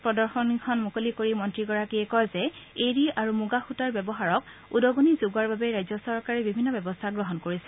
প্ৰদশনীখন মুকলি কৰি মন্ত্ৰীগৰাকীয়ে কয়ে যে এড়ি আৰু মুগা সৃতাৰ ব্যৱহাৰক উদগণি যোগোৱাৰ বাবে ৰাজ্য চৰকাৰে বিভিন্ন ব্যৱস্থা গ্ৰহণ কৰিছে